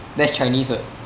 that's chinese [what]